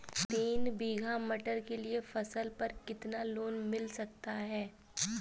तीन बीघा मटर के लिए फसल पर कितना लोन मिल सकता है?